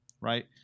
right